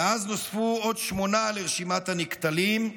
מאז נוספו עוד שמונה לרשימת הנקטלים,